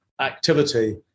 activity